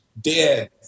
dead